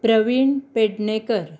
Pravin Pednekar